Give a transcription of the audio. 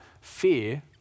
fear